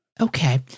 Okay